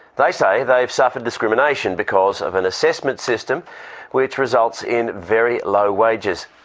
they say they've suffered discrimination because of an assessment system which results in very low wages.